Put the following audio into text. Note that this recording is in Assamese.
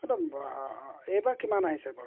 এইটো বা এইবাৰ কিমান আহিছে বাৰু